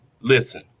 listen